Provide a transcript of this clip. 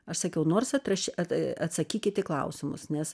aš sakiau nors atraš at atsakykit į klausimus nes